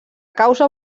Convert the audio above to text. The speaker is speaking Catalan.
causa